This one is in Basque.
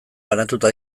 banatuta